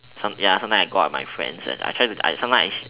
some ya sometimes I go out with my friends and I try to I sometimes I